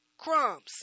Crumbs